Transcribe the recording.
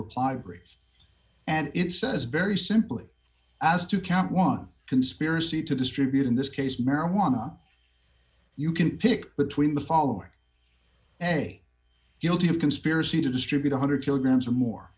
reply brief and it says very simply as to count one conspiracy to distribute in this case marijuana you can pick between the following day guilty of conspiracy to distribute one hundred kilograms or more